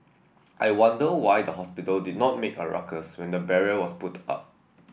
I wonder why the hospital did not make a ruckus when the barrier was put up